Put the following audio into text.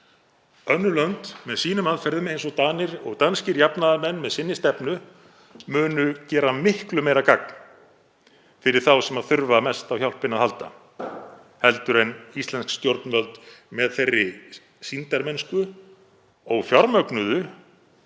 Önnur lönd með sínum aðferðum, eins og Danir og danskir jafnaðarmenn með sinni stefnu, munu gera miklu meira gagn fyrir þá sem þurfa mest á hjálpinni að halda en íslensk stjórnvöld með þeirri sýndarmennsku, ófjármögnuðu